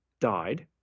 died